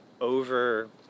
over